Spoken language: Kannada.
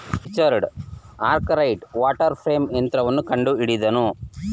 ರಿಚರ್ಡ್ ಅರ್ಕರೈಟ್ ವಾಟರ್ ಫ್ರೇಂ ಯಂತ್ರವನ್ನು ಕಂಡುಹಿಡಿದನು